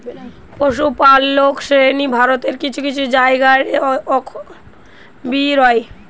পশুপালক শ্রেণী ভারতের কিছু কিছু জায়গা রে অখন বি রয়